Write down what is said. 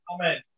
Amen